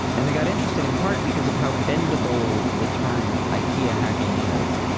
and they got interested, in part, because of how bendable the term ikea hacking is.